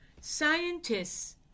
Scientists